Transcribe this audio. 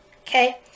Okay